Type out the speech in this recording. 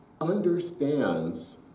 understands